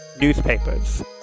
newspapers